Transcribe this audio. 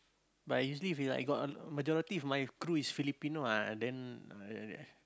but usually if like got majority of my crew is Filipino ah then